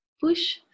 Push